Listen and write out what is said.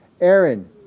Aaron